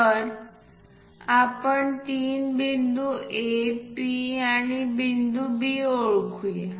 तर आपण तीन बिंदू A P आणि बिंदू B ओळखू या